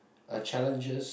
uh challenges